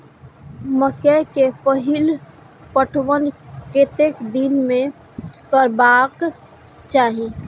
मकेय के पहिल पटवन कतेक दिन में करबाक चाही?